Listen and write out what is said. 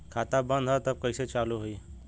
खाता बंद ह तब कईसे चालू होई?